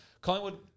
Collingwood